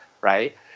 right